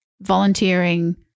volunteering